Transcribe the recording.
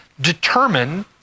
determine